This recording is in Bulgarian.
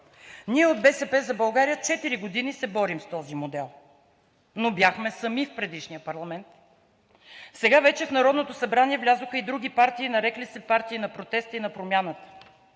Ние от „БСП за България“ четири години се борим с този модел, но бяхме сами в предишния парламент. Сега вече в Народното събрание влязоха и други партии, нарекли се „партии на протеста и на промяната“.